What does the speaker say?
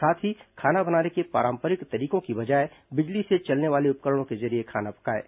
साथ ही खाना बनाने के पारंपरिक तरीकों की बजाए बिजली से चलने वाले उपकरणों के जरिए खाना पकाएं